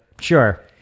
Sure